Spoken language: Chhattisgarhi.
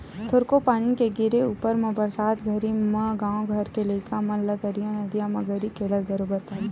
थोरको पानी के गिरे ऊपर म बरसात घरी म गाँव घर के लइका मन ला तरिया नदिया म गरी खेलत बरोबर पाबे